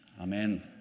Amen